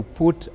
put